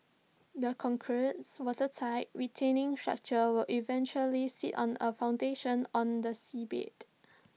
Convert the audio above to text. the concretes watertight retaining structure will eventually sit on A foundation on the seabed